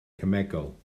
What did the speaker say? cemegol